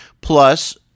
Plus